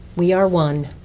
we are one.